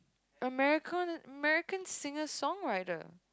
America American singer songwriter